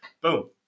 Boom